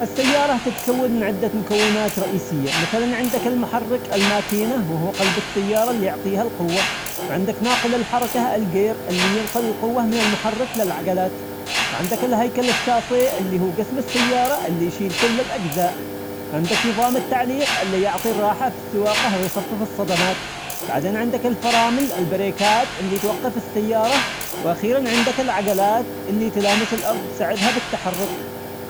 السيارة تتكون من عدة مكونات رئيسية، مثلا عندك المحرك الماكينة وهو قلب السيارة اللي يعطيها القوة، وعندك ناقل الحركة الجير اللي ينقل القوة من المحرك للعجلات، وعندك الهيكل الشاصي اللي هو قسم السيارة اللي يشيل كل الأجزاء، عندك نظام التعليق اللي يعطي الراحة في السواقة ويخفف الصدمات، بعدين عندك الفرامل البريكات اللي توقف السيارة، وأخيرا عندك العجلات اللي تلامس الأرض وتساعدها بالتحرك.